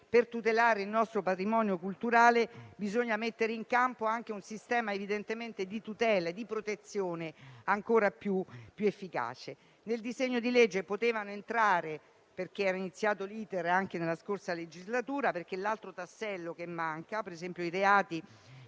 per tutelare il nostro patrimonio culturale bisogna mettere in campo anche un sistema di tutele e di protezione ancora più efficace. Nel disegno di legge poteva entrare - l'*iter* era iniziato anche nella scorsa legislatura - l'altro tassello che manca. Mi riferisco,